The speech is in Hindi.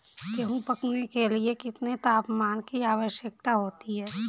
गेहूँ पकने के लिए कितने तापमान की आवश्यकता होती है?